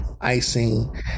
icing